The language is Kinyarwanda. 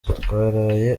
twaraye